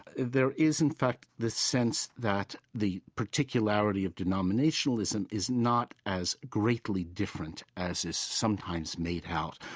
there is, in fact, the sense that the particularity of denominationalism is not as greatly different as is sometimes made out.